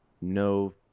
no